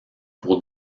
pour